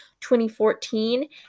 2014